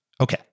Okay